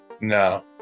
No